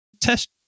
test